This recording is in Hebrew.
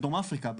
בדרום אפריקה,